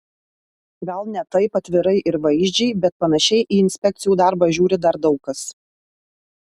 gal ne taip atvirai ir vaizdžiai bet panašiai į inspekcijų darbą žiūri dar daug kas